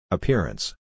Appearance